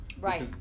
Right